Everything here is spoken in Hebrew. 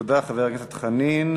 תודה, חבר הכנסת חנין.